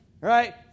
Right